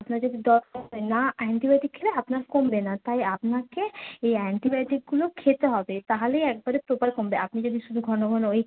আপনার যদি জ্বর না অ্যান্টিবায়োটিক খেলে আপনার কমবে না তাই আপনাকে এই অ্যান্টিবায়োটিকগুলো খেতে হবে তাহলেই একবারে প্রপার কমবে আপনি যদি শুধু ঘন ঘন ওই